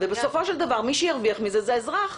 ובסופו של דבר מי שירוויח מזה זה האזרח.